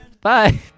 Bye